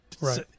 Right